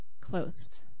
closed